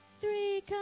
Three